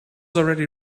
already